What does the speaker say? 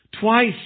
Twice